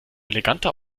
eleganter